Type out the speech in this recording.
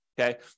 okay